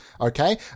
okay